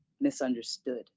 misunderstood